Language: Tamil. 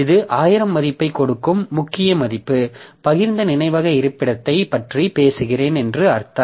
இது 1000 மதிப்பைக் கொடுக்கும் முக்கிய மதிப்பு பகிர்ந்த நினைவக இருப்பிடத்தைப் பற்றி பேசுகிறேன் என்று அர்த்தம்